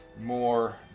more